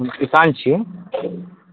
हम किसान छियै